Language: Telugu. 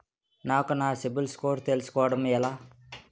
నాకు నా సిబిల్ స్కోర్ తెలుసుకోవడం ఎలా?